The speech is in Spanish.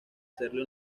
hacerle